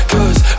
Cause